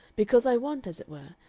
because i want, as it were,